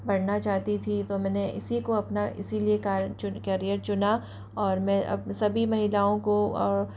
बढ़ना चाहती थी तो मैं इसी को अपना इसीलिए कार्य करियर चुना और मैं अब सभी महिलाओं को और